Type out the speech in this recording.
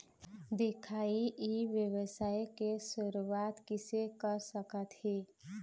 दिखाही ई व्यवसाय के शुरुआत किसे कर सकत हे?